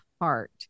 Heart